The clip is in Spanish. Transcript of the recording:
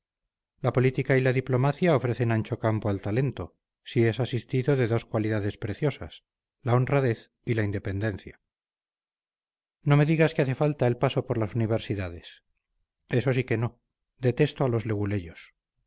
la política y la diplomacia ofrecen ancho campo al talento si es asistido de dos cualidades preciosas la honradez y la independencia no me digas que hace falta el paso por las universidades eso sí que no detesto a los leguleyos